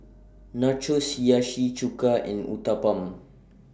Nachos Hiyashi Chuka and Uthapam